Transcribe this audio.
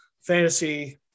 fantasy